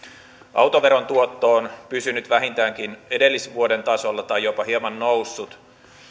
autoveron tuotto on pysynyt vähintäänkin edellisvuoden tasolla tai jopa hieman noussut